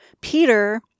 Peter